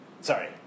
sorry